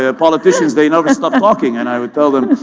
ah politicians they never stop talking and i would tell them